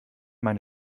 meine